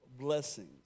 blessings